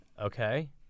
Okay